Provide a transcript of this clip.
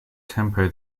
tempo